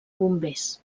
bombers